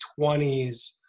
20s